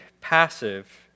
passive